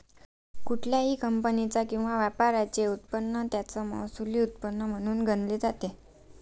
कुठल्याही कंपनीचा किंवा व्यापाराचे उत्पन्न त्याचं महसुली उत्पन्न म्हणून गणले जाते